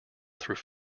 through